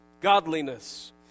Godliness